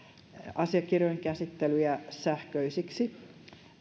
asiakirjojen käsittelyä sähköiseksi